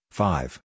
five